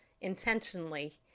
intentionally